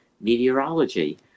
meteorology